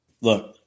look